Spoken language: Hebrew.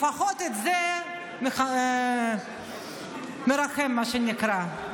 לפחות זה מנחם, מה שנקרא.